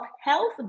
health